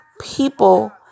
people